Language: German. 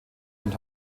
und